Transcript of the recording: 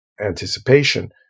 anticipation